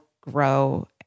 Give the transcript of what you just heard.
grow